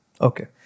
Okay